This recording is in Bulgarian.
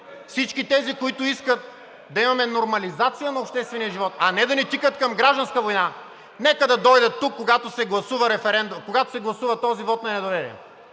всички тези, които искат да имаме нормализация на обществения живот, а не да ни тикат към гражданска война, нека да дойдат тук, когато се гласува този вот на недоверие,